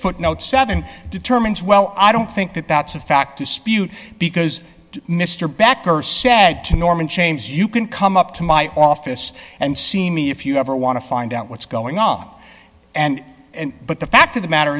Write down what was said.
footnote seven determines well i don't think that that's a fact dispute because mr bakker said to norman chambers you can come up to my office and see me if you ever want to find out what's going on and but the fact of the matter